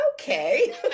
okay